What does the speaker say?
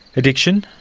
addiction,